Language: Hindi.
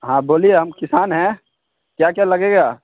हाँ बोलिए हम किसान हैं क्या क्या लगेगा